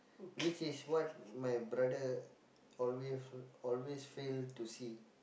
which is what my brother always always fail to see